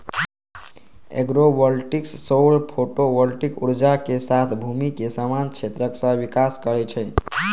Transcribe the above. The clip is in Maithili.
एग्रोवोल्टिक्स सौर फोटोवोल्टिक ऊर्जा के साथ भूमि के समान क्षेत्रक सहविकास करै छै